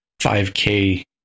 5k